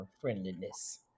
friendliness